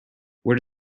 where